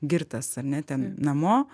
girtas ar ne ten namo